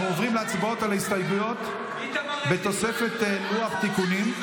אנחנו עוברים להצבעות על ההסתייגויות בתוספת לוח תיקונים.